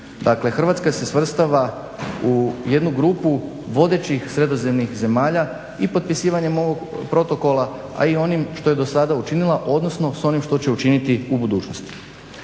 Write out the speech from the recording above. Dakle Hrvatska se svrstava u jednu grupu vodećih sredozemnih zemalja i potpisivanjem ovog protokola, a i onim što je do sada učinila, odnosno s onim što će učiniti u budućnosti.